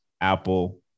Apple